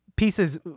Pieces